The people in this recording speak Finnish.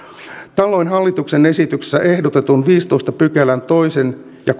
tällöin hallituksen esityksessä ehdotetun viidennentoista pykälän kaksi ja